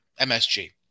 MSG